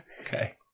Okay